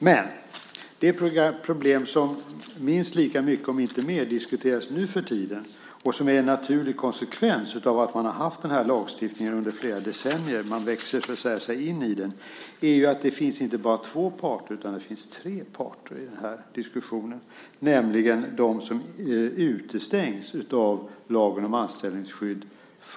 Men det problem som minst lika mycket, om inte mer, diskuteras nuförtiden och som är en naturlig konsekvens av att man har haft den här lagstiftningen under flera decennier - man växer så att säga in i den - är ju att det inte finns bara två parter utan det finns tre parter i den här diskussionen, nämligen också de som utestängs från arbetsmarknaden av lagen om anställningsskydd.